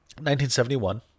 1971